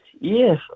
Yes